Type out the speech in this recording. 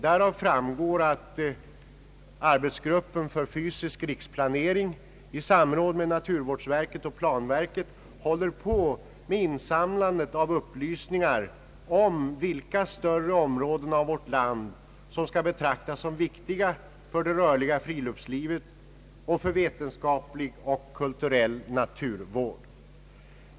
Därvid framgår att arbetsgruppen för fysisk riksplanering i samråd med naturvårdsverket och planverket håller på med insamlandet av upplysningar om vilka större områden av vårt land som skall betraktas som viktiga för det rörliga friluftslivet och för vetenskaplig och kulturell naturvård.